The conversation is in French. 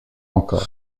encore